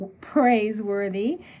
praiseworthy